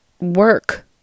work